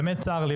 באמת צר לי,